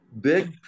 Big